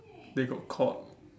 they got caught